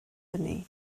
hynny